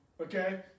okay